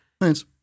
Thanks